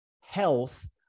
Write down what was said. health